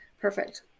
perfect